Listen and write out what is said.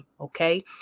okay